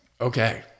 Okay